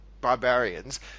barbarians